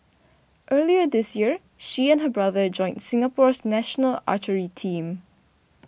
earlier this year she and her brother joined Singapore's national archery team